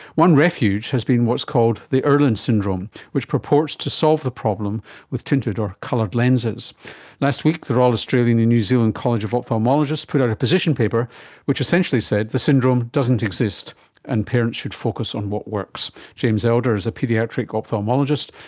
one refuge has been what's called the irlen syndrome, which purports to solve the problem with tinted or coloured lenses last week the royal australian and new zealand college of ophthalmologists put out a position paper which essentially said the syndrome doesn't exist and parents should focus on what works. james elder is a paediatric ophthalmologist,